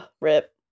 rip